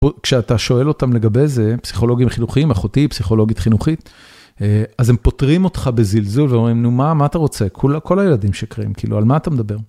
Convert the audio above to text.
כשאתה שואל אותם לגבי זה, פסיכולוגים חינוכיים, אחותי היא פסיכולוגית חינוכית, אז הם פותרים אותך בזלזול, ואומרים, נו מה, מה אתה רוצה? כל הילדים שקרים, כאילו, על מה אתה מדבר?